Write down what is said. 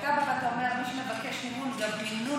כשאתה בא ואומר שמי שמבקש מינון גבוה,